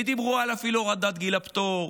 ודיברו אפילו על הורדת גיל הפטור,